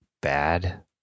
bad